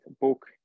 book